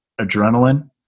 adrenaline